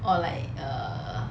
or like err